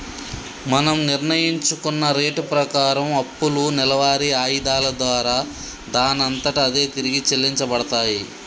మనం నిర్ణయించుకున్న రేటు ప్రకారం అప్పులు నెలవారి ఆయిధాల దారా దానంతట అదే తిరిగి చెల్లించబడతాయి